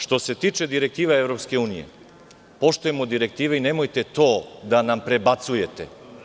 Što se tiče direktiva EU, poštujemo direktive i nemojte do da nam prebacujete.